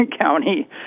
county